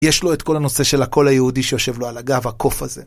יש לו את כל הנושא של הקול היהודי שיושב לו על הגב, הקוף הזה.